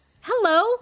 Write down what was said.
Hello